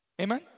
Amen